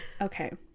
Okay